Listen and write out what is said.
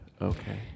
okay